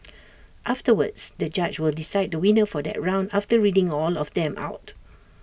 afterwards the judge will decide the winner for that round after reading all of them out